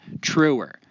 truer